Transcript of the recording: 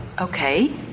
Okay